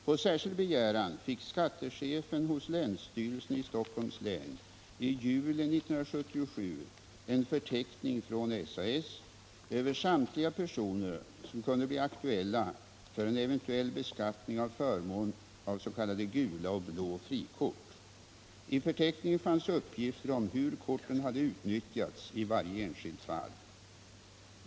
På särskild begäran fick skattechefen hos länsstyrelsen i Stockholms län i juli 1977 en förteckning från SAS över samtliga personer som kunde bli aktuella för en eventuell beskattning av förmån av s.k. gula och blå frikort. I förteckningen fanns uppgift om hur korten hade utnyttjats i varje enskilt fall.